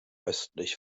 östlich